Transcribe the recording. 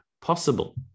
possible